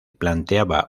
planteaba